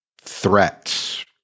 threats